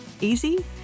easy